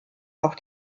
auch